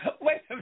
Wait